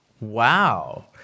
Wow